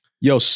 Yo